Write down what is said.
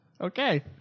Okay